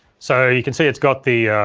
so, you can see it's got the